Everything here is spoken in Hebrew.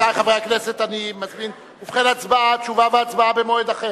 תשובה והצבעה במועד אחר.